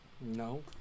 No